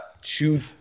two